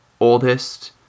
oldest